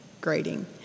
grading